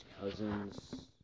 Cousins